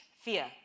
fear